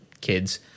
kids